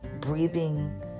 breathing